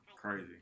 Crazy